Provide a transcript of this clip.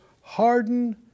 harden